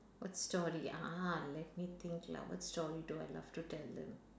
what story a'ah let me think lah what story do I love to tell them